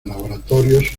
laboratorios